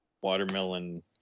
watermelon